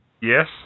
Yes